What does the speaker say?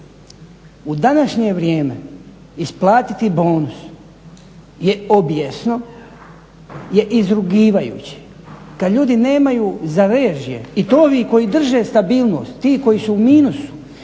U današnje vrijeme isplatiti bonus je obijesno, je izrugivajuće kad ljudi nemaju za režije. I to ovi koji drže stabilnost, ti koji su u minusu,